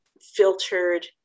filtered